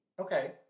okay